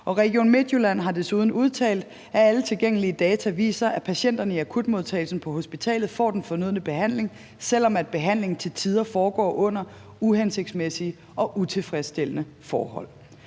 Region Midtjylland har desuden udtalt, at alle tilgængelige data viser, at patienterne i akutmodtagelsen på hospitalet får den fornødne behandling, selv om behandlingen til tider foregår under uhensigtsmæssige og utilfredsstillende forhold.